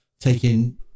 taking